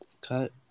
Cut